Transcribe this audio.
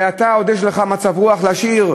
ואתה עוד יש לך מצב רוח לשיר?